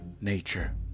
nature